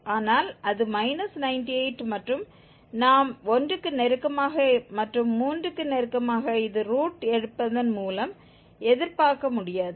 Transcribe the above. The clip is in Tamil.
ஆனால் அது −98 மற்றும் நாம் 1 க்கு நெருக்கமாக மற்றும் 3 க்கு நெருக்கமாக இது ரூட் எடுப்பதன் மூலம் எதிர்பார்க்க முடியாது